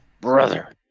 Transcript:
brother